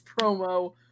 promo